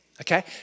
Okay